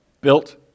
built